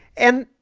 and,